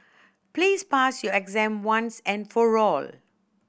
please pass your exam once and for all